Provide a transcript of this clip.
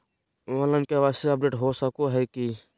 Online KYC update हो सको है की?